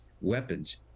weapons